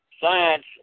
Science